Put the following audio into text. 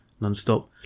non-stop